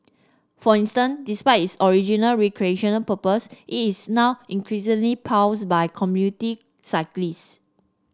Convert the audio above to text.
for instance despite its original recreational purpose is now increasingly plies by commuting cyclists